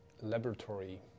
laboratory